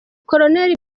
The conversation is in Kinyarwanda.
col